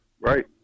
right